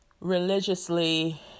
religiously